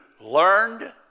learned